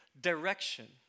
direction